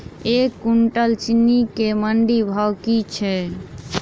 एक कुनटल चीनी केँ मंडी भाउ की छै?